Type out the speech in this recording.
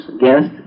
guest